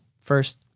first